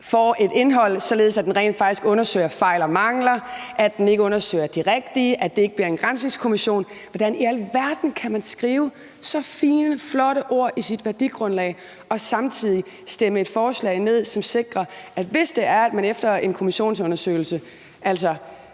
får et indhold, således at den rent faktisk undersøger fejl og mangler, og den undersøger ikke de rigtige, og det bliver ikke en granskningskommission. Hvordan i alverden kan man skrive så fine og flotte ord i sit værdigrundlag og samtidig stemme et forslag ned, som sikrer, at man, hvis der efter en kommissionsundersøgelse bliver